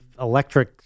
electric